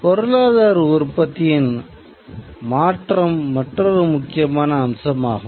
பொருளாதார உற்பத்தியின் மாற்றம் மற்றொரு முக்கியமான அம்சமாகும்